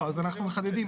לא, אז אנחנו מחדדים.